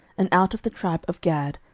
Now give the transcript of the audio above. and out of the tribe of gad,